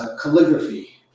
calligraphy